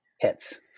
hits